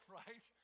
right